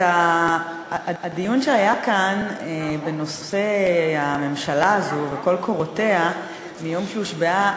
הדיון שהיה כאן בנושא הממשלה הזאת וכל קורותיה מיום שהושבעה,